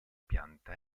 pianta